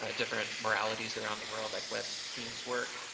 ah different moralities around the world, like web keene's work,